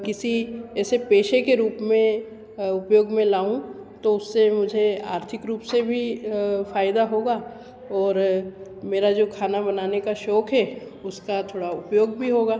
किसी ऐसे पेशे के रूप में उपयोग में लाऊँ तो उससे मुझे आर्थिक रूप से भी फ़ायदा होगा और मेरा जो खाना बनाने का शौक़ हे उसका थोड़ा उपयोग भी होगा